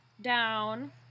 down